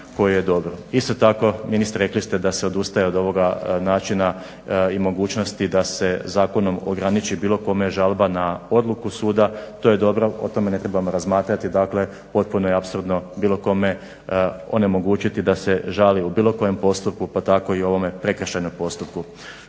Isto tako ministre rekli ste da se odustaje od ovoga načina i mogućnosti da se zakonom ograniči bilo kome žalba na odluku suda. To je dobro. O tome ne trebamo razmatrati, dakle potpuno je apsurdno bilo kome onemogućiti da se žali u bilo kojem postupku pa tako i u ovome prekršajnom postupku.